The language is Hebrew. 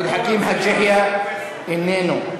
עבד אל חכים חאג' יחיא, איננו,